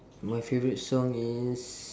my favourite song is